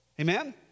Amen